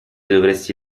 dovresti